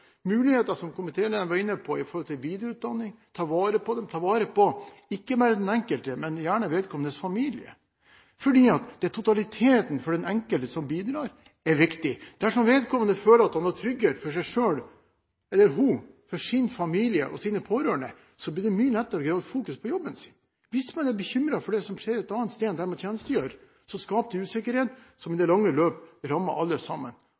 muligheter som komitélederen var inne på i forhold til videreutdanning. Vi må ta vare på folk, ikke bare ta vare på den enkelte, men gjerne vedkommendes familie, for det er totaliteten for den enkelte som bidrar, som er viktig. Dersom vedkommende føler at han eller hun har trygghet for seg selv, for sin familie og sine pårørende, blir det mye lettere å fokusere på jobben sin. Hvis man er bekymret for det som skjer et annet sted enn der man tjenestegjør, skaper det en usikkerhet som i det lange løp rammer alle sammen.